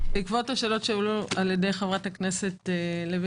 בעקבות השאלות שעלו על-ידי חברת הכנסת לוי